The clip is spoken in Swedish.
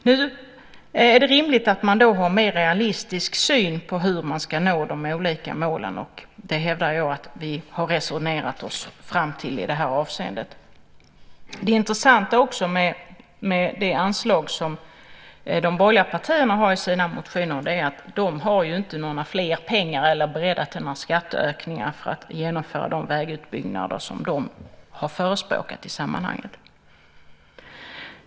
Nu är det rimligt att ha en mer realistisk syn på hur man ska nå de olika målen. Jag hävdar att vi har resonerat oss fram till det i det avseendet. Det är intressant med det anslag som de borgerliga partierna har i sina motioner, nämligen att de inte har mer pengar eller inte är beredda till några skatteökningar för att genomföra de vägutbyggnader som de har förespråkat i sammanhanget.